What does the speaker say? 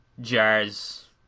jars